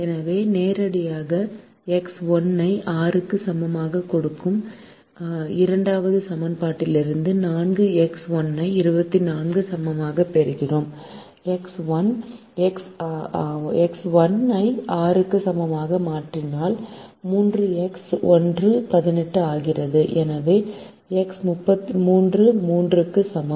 எனவே நேரடியாக எக்ஸ் 1 ஐ 6 க்கு சமமாகக் கொடுக்கும் இரண்டாவது சமன்பாட்டிலிருந்து 4 எக்ஸ் 1 ஐ 24 க்கு சமமாகப் பெறுகிறேன் எக்ஸ் 1 ஐ 6 க்கு சமமாக மாற்றினால் 3 எக்ஸ் 1 18 ஆகிறது எனவே எக்ஸ் 3 3 க்கு சமம்